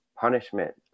punishment